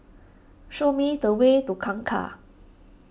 show me the way to Kangkar